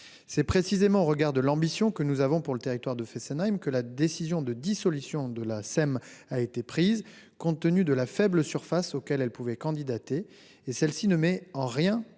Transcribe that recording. C'est précisément au regard de l'ambition que nous avons pour le territoire de Fessenheim que la décision de dissolution de la SEM a été prise, compte tenu de la faible surface auquel elle pouvait candidater. Cette décision ne